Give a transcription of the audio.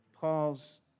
Paul's